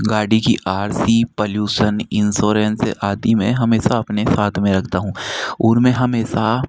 गाड़ी की R C pollution insurance आदि मैं हमेशा अपने साथ में रखता हूँ और मैं हमेशा